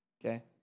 Okay